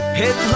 hit